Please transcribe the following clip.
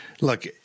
look